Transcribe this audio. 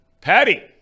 Patty